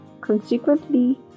Consequently